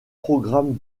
programmes